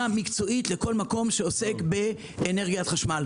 מקצועית לכל מקום שעוסק באנרגיית חשמל.